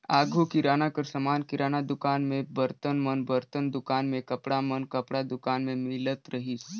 आघु किराना कर समान किराना दुकान में, बरतन मन बरतन दुकान में, कपड़ा मन कपड़ा दुकान में मिलत रहिस